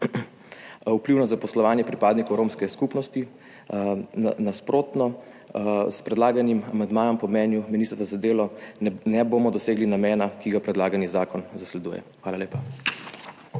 vpliv na zaposlovanje pripadnikov romske skupnosti, nasprotno, s predlaganim amandmajem po mnenju ministrstva za delo ne bomo dosegli namena, ki ga predlagani zakon zasleduje. Hvala lepa.